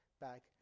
back